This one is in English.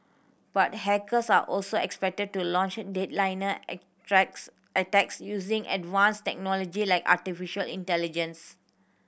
but hackers are also expected to launch dead liner attacks using advanced technology like artificial intelligence